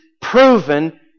proven